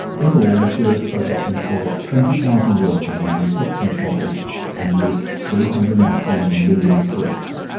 in all, the sewerage project employed twenty thousand workers using picks and shovels and used three hundred and eighteen million bricks.